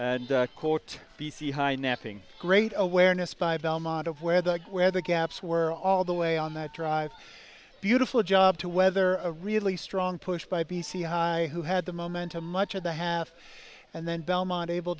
and court b c high knapping great awareness by belmont of where the where the gaps were all the way on that dr beautiful job to whether a really strong push by b c high who had the momentum much of the half and then belmont able